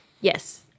Yes